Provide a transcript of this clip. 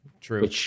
true